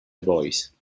voice